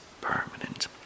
permanent